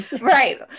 Right